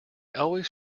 always